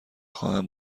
خواهم